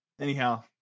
Anyhow